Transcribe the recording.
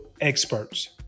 experts